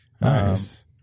Nice